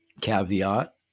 caveat